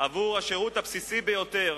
עבור השירות הבסיסי ביותר,